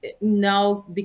now